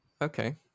Okay